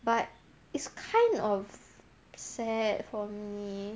but it's kind of sad for me